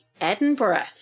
Edinburgh